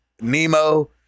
nemo